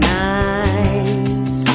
nice